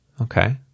Okay